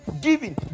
giving